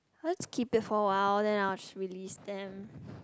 let's keep it for a while then I release them